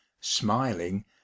smiling